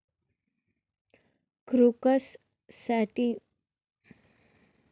crocus ಸ್ಯಾಟಿವಸ್ನ ಹೂವೂಲಿಂತ್ ಕೇಸರಿ ಮಸಾಲೆ ಮಾಡ್ತಾರ್ ಮತ್ತ ಇದುಕ್ ಯಾವಾಗ್ಲೂ ಕೇಸರಿ ಕ್ರೋಕಸ್ ಅಂತ್ ಕರಿತಾರ್